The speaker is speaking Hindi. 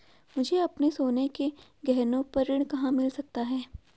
मुझे अपने सोने के गहनों पर ऋण कहाँ मिल सकता है?